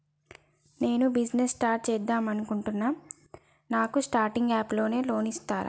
నేను business start చేద్దామనుకుంటున్నాను నాకు స్టార్టింగ్ అప్ లోన్ ఇస్తారా?